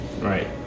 Right